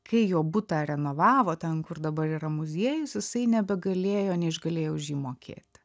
kai jo butą renovavo ten kur dabar yra muziejus jisai nebegalėjo neišgalėjo už jį mokėti